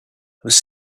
was